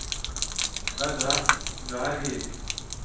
hello ᱡᱚᱦᱟᱨᱜᱮ